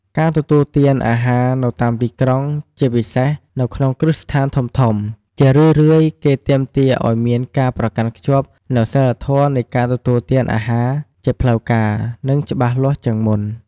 ការទទួលទានអាហារនៅតាមទីក្រុង ជាពិសេសនៅក្នុងគ្រឹះស្ថានធំៗ ជារឿយៗគេទាមទារឱ្យមានការប្រកាន់ខ្ជាប់នូវសីលធម៌នៃការទទួលទានអាហារជាផ្លូវការ និងច្បាស់លាស់ជាងមុន។